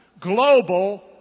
Global